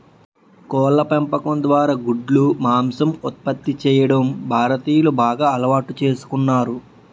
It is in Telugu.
కోళ్ళ పెంపకం ద్వారా గుడ్లు, మాంసం ఉత్పత్తి చేయడం భారతీయులు బాగా అలవాటు చేసుకున్నారు